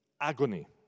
agony